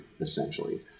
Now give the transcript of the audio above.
essentially